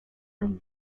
del